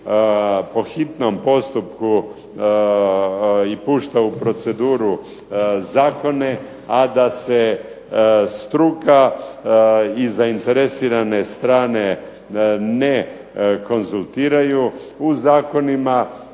po hitnom postupku i pušta u proceduru zakone a da se struka i zainteresirane strane ne konzultiraju, u zakonima